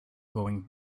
going